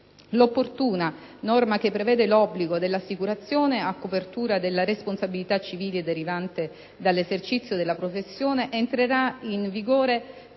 L'opportuna norma che prevede l'obbligo dell'assicurazione a copertura della responsabilità civile derivante dall'esercizio della professione entrerà in vigore